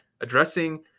addressing